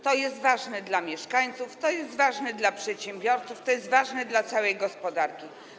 To jest ważne dla mieszkańców, to jest ważne dla przedsiębiorców, to jest ważne dla całej gospodarki.